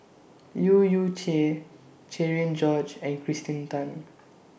Leu Yew Chye Cherian George and Kirsten Tan